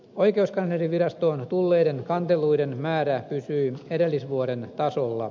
oikeuskanslerinvirastoon tulleiden kanteluiden määrä pysyi edellisvuoden tasolla